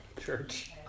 church